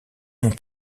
mon